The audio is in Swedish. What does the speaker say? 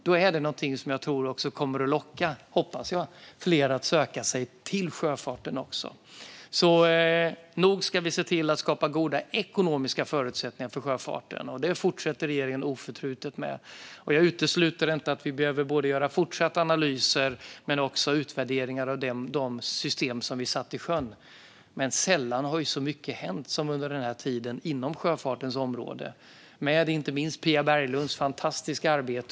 Det är någonting som jag hoppas kommer att locka fler att söka sig till sjöfarten. Nog ska vi se till att skapa goda ekonomiska förutsättningar för sjöfarten. Det fortsätter regeringen oförtrutet med. Jag utesluter inte att vi behöver göra både fortsatta analyser och utvärderingar av de system som vi satt i sjön. Sällan har så mycket hänt som under den här tiden inom sjöfartens område, inte minst med Pia Berglunds fantastiska arbete.